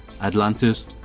Atlantis